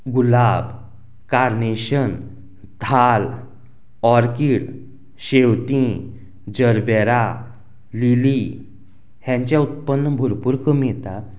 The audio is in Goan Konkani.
गुलाब कार्नेशन धाल ऑर्कीड शेंवतीं जरबेरा लिली हेंचें उत्पन्न भरपूर कमी येता